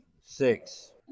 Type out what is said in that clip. Six